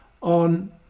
on